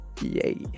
yay